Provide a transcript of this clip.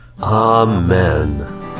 Amen